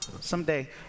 Someday